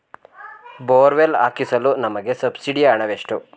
Borewell ಹಾಕಿಸಲು ನಮಗೆ ಸಬ್ಸಿಡಿಯ ಹಣವೆಷ್ಟು?